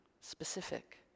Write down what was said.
specific